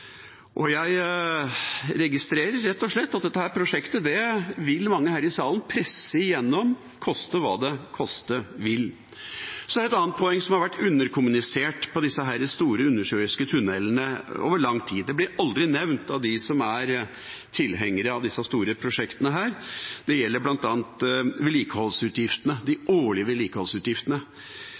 Jeg registrerer rett og slett at mange her i salen vil presse gjennom dette prosjektet koste hva det koste vil. Det er et annet poeng som over lang tid har vært underkommunisert i forbindelse med disse store undersjøiske tunnelene. Det blir aldri nevnt av dem som er tilhengere av disse store prosjektene. Det gjelder bl.a. de årlige vedlikeholdsutgiftene.